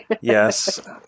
Yes